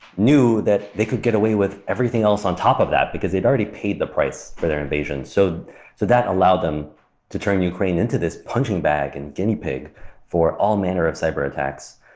knew that they could get away with everything else on top of that, because they'd already paid the price for their invasion. so so that allowed them to turn ukraine into this punching bag and guinea pig for all manner of cyber-attacks,